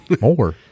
more